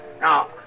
Now